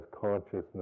consciousness